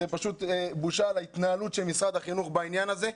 זאת פשוט בושה על ההתנהלות של משרד החינוך בעניין הזה.